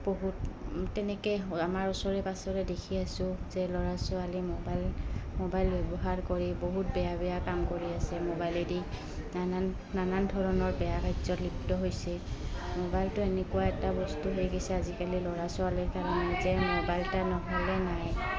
বহুত তেনেকৈ আমাৰ ওচৰে পাঁজৰে দেখি আছোঁ যে ল'ৰা ছোৱালী মোবাইল মোবাইল ব্যৱহাৰ কৰি বহুত বেয়া বেয়া কাম কৰি আছে মোবাইলে দি নানান নানান ধৰণৰ বেয়া কাৰ্য লিপ্ত হৈছে মোবাইলটো এনেকুৱা এটা বস্তু হৈ গৈছে আজিকালি ল'ৰা ছোৱালীৰ কাৰণে যে মোবাইল এটা নহ'লে নাই